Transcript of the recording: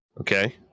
Okay